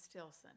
Stilson